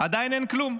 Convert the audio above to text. עדיין אין כלום.